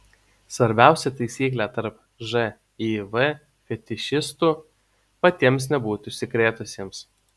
svarbiausia taisyklė tarp živ fetišistų patiems nebūti užsikrėtusiems